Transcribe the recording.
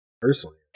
personally